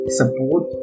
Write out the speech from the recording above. support